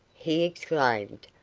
he exclaimed.